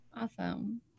Awesome